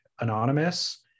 anonymous